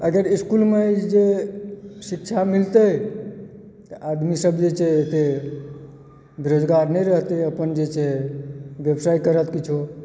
अगर इसकुलमे अछि जे शिक्षा मिलतै तऽ आदमी सब जे छै एतए बेरोजगार नहि रहतै अपन जे छै से व्यवसाय करत किछु